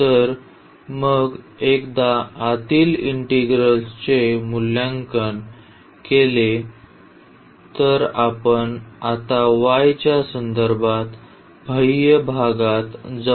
तर मग एकदा आतील इंटिग्रलचे मूल्यांकन केले तर आपण आता y च्या संदर्भात बाह्य भागात जाऊ